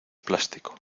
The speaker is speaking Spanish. plástico